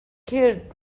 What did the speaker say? killed